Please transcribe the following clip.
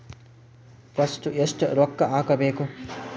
First ಎಷ್ಟು ರೊಕ್ಕ ಹಾಕಬೇಕು?